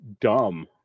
dumb